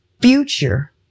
future